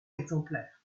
exemplaires